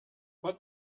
what